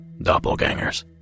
doppelgangers